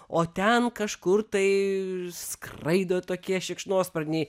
o ten kažkur tai skraido tokie šikšnosparniai